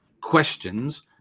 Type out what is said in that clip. questions